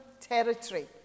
territory